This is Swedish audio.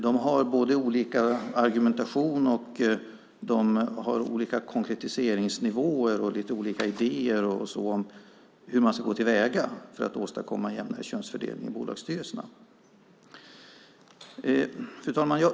De har både olika argumentation, olika konkretiseringsnivåer och olika idéer om hur man ska gå till väga för att åstadkomma en jämnare könsfördelning i bolagsstyrelserna. Fru talman!